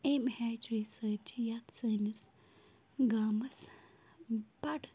اَمۍ ہیچری سۭتۍ چھِ یَتھ سٲنِس گامَس بَڑٕ